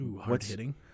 hard-hitting